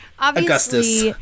Augustus